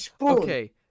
Okay